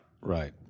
Right